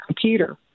computer